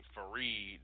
Fareed